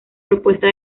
propuesta